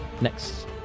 next